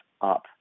up